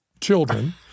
children